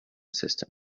system